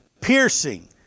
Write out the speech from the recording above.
piercing